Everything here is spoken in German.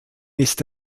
ist